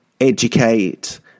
educate